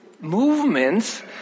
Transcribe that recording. movements